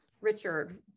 Richard